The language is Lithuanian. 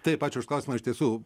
taip ačiū už klausimą iš tiesų